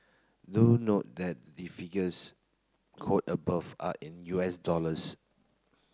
do note that the figures quote above are in U S dollars